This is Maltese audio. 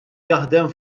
jaħdem